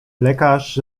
lekarz